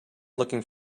looking